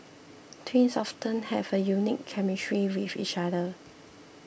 twins often have a unique chemistry with each other